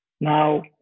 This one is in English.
Now